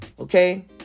Okay